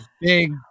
Big